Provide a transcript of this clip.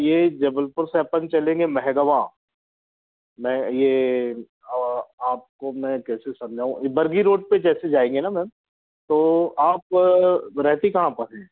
ये जबलपुर से अपन चलेंगे मेहगाँव में ये आपको मैं कैसे समझाऊँ ये बर्गी रोड पर जैसे जाएंगे ना मैम तो आप रहती कहाँ पर हैं